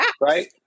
right